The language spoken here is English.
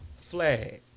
flag